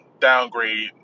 downgrade